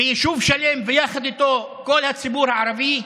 ויישוב שלם ויחד איתו כל הציבור הערבי כואב,